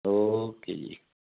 okay जी